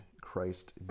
Christ